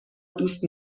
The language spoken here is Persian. دوست